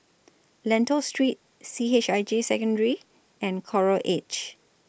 Lentor Street C H I J Secondary and Coral Edge